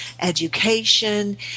education